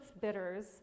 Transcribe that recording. bitters